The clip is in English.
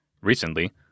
Recently